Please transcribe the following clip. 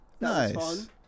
Nice